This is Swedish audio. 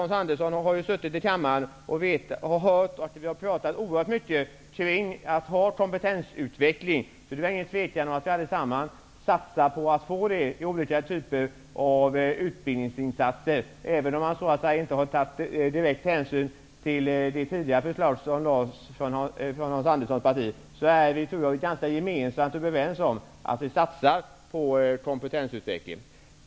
Hans Andersson har ju suttit i kammaren och har hört att vi har talat oerhört kring detta med kompetensutveckling. Det är ingen tvekan om att vi alla satsar på att få det genom olika typer av utbildningsinsatser. Även om vi inte direkt har tagit hänsyn till det tidigare förslag som lades fram av Hans Anderssons parti, är vi överens om att satsa på kompetensutveckling.